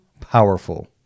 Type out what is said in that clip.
powerful